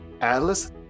Atlas